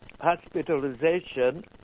hospitalization